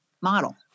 model